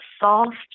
soft